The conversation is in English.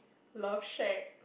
love shack